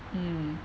mm